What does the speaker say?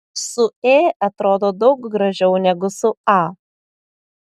su ė atrodo daug gražiau negu su a